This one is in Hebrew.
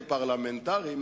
כפרלמנטרים,